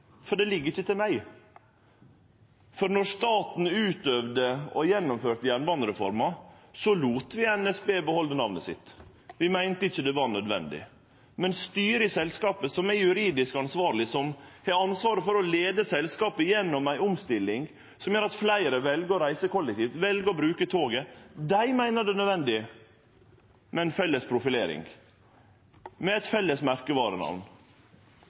for det ligg ikkje til meg. Då staten gjennomførte jernbanereforma, lét vi NSB behalde namnet sitt, vi meinte ikkje det var nødvendig å endre. Men styret i selskapet, som er juridisk ansvarleg, som har ansvaret for å leie selskapet gjennom ei omstilling som gjer at fleire vel å reise kollektivt, vel å bruke toget, meiner det er nødvendig med ei felles profilering, med eit felles merkevarenamn,